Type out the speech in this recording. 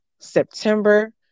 September